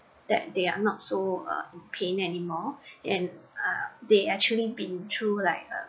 that they are not so uh in pain anymore and they actually been through like a